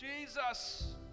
Jesus